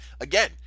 Again